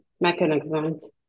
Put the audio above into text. mechanisms